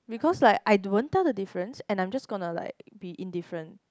because like I don't tell the difference and I'm just gonna like be indifferent